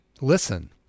listen